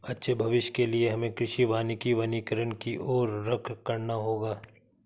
अच्छे भविष्य के लिए हमें कृषि वानिकी वनीकरण की और रुख करना होगा